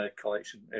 collection